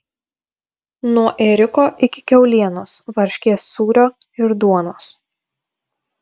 nuo ėriuko iki kiaulienos varškės sūrio ir duonos